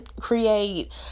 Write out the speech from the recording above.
create